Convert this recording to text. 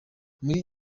muri